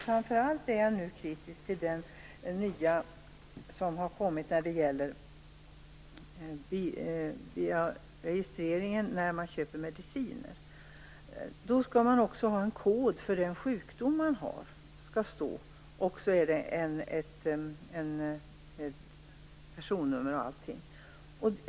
Framför allt är jag kritisk till det nya som gäller för registreringen när man köper mediciner. Då skall det anges en kod för den sjukdom man har, och det skall vara personnummer och allting.